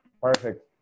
Perfect